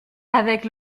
avec